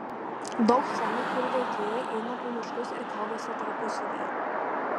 daug scenų kur veikėjai eina po miškus ir kalbasi tarpusavyje